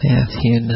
Matthew